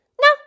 No